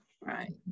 Right